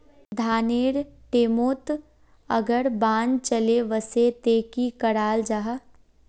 धानेर टैमोत अगर बान चले वसे ते की कराल जहा?